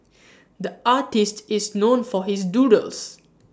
the artist is known for his doodles